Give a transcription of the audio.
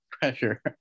pressure